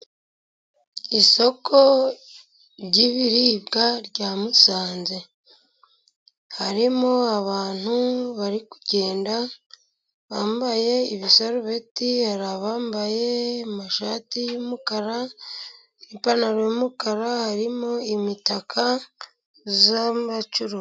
Isoko ry'ibiribwa rya Musanze, harimo abantu bari kugenda bambaye ibisarubeti, hari abambaye amashati y'umukara, ipantaro y'umukara, harimo imitaka y'abacuruzi.